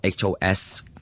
HOS